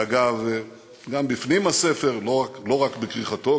ואגב, גם בפנים הספר, לא רק בכריכתו.